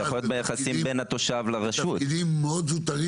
עירייה לא יכולה לעשות מכרז לתפקידים מאוד זוטרים